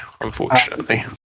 unfortunately